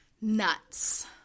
Nuts